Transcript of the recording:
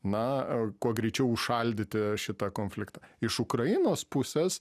na kuo greičiau užšaldyti šitą konfliktą iš ukrainos pusės